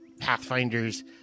Pathfinders